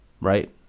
right